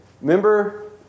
Remember